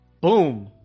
Boom